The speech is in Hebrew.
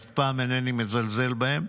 ואף פעם אינני מזלזל בהם,